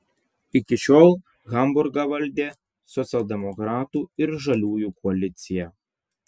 iki šiol hamburgą valdė socialdemokratų ir žaliųjų koalicija